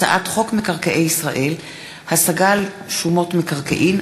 הצעת חוק מקרקעי ישראל (השגה על שומות מקרקעין),